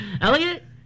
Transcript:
Elliot